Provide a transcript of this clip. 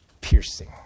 piercing